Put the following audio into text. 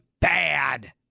bad